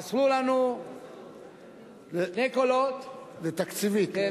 חסרו לנו שני קולות, זה תקציבי.